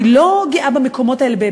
אני לא גאה במקומות האלה,